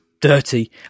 Dirty